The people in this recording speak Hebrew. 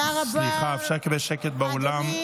סליחה, אפשר לקבל שקט באולם?